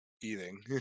eating